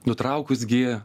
nutraukus gi